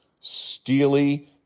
Steely